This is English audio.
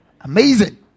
Amazing